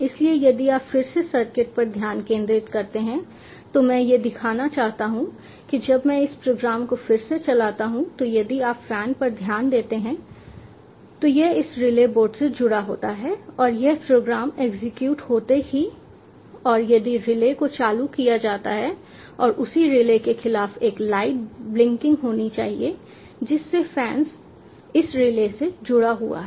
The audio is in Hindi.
इसलिए यदि आप फिर से सर्किट पर ध्यान केंद्रित करते हैं तो मैं यह दिखाना चाहता हूं कि जब मैं इस प्रोग्राम को फिर से चलाता हूं तो यदि आप फैन पर ध्यान देते हैं तो यह इस रिले बोर्ड से जुड़ा होता है और यह प्रोग्राम एग्जीक्यूट होते ही और यदि रिले को चालू किया जाता है तो उसी रिले के खिलाफ एक लाइट ब्लिंकिंग होना चाहिए जिससे फैन इस रिले से जुड़ा हुआ है